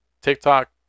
tiktok